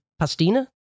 pastina